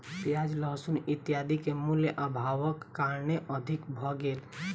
प्याज लहसुन इत्यादि के मूल्य, अभावक कारणेँ अधिक भ गेल